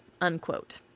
unquote